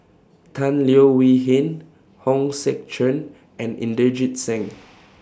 Tan Leo Wee Hin Hong Sek Chern and Inderjit Singh